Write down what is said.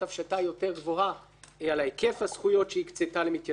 יותר גבוהה על היקף הזכויות שהקצתה למתיישבים,